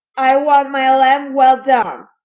i want my lamb well done!